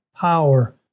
power